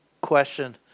question